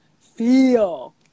feel